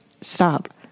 stop